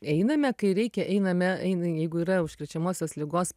einame kai reikia einame ein jeigu yra užkrečiamosios ligos